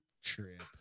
Trip